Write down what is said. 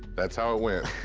that's how it went.